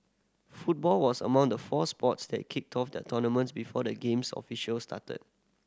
football was among the four sports that kicked off their tournaments before the Games officially started